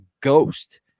ghost